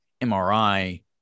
mri